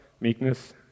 meekness